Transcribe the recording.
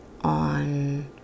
on